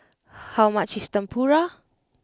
how much is Tempura